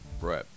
right